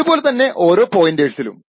ഇതുപോലെതന്നെ ഓരോ പോയിന്റേഴ്സിലും